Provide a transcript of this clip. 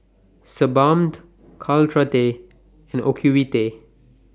Sebamed Caltrate and Ocuvite